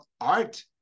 art